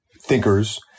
thinkers